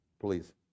please